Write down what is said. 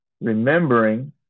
remembering